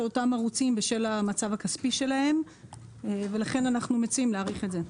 אותם ערוצים בשל המצב הכספי שלהם ולכן אנחנו מציעים להאריך את זה.